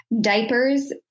diapers